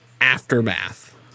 aftermath